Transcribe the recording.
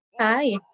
Hi